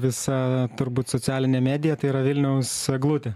visa turbūt socialinė medija tai yra vilniaus eglutė